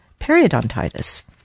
periodontitis